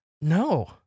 No